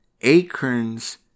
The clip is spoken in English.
acorns